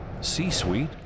C-Suite